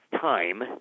time